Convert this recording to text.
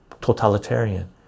totalitarian